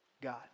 God